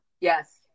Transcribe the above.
yes